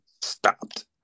stopped